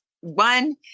One